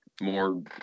More